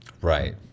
Right